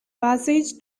passage